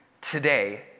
today